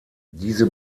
diese